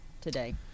today